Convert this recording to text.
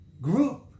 group